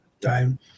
Time